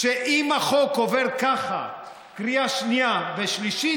שאם החוק עובר ככה קריאה שנייה ושלישית,